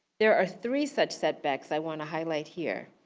there are three such setbacks i wanna highlight here,